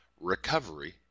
recovery